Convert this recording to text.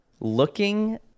looking